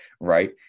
right